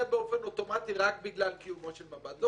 באופן אוטומטי רק בגלל קיומו של מב"ד.